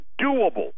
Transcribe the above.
doable